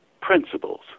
principles